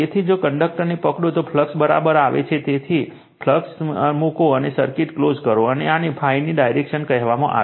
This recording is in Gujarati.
તેથી જો કંડક્ટરને પકડો તો ફ્લક્સ બહાર આવે છે અને પછી રિલક્ટન્સ મૂકો અને સર્કિટ ક્લોજ કરો અને આને ∅ ની ડાયરેક્શન કહેવામાં આવે છે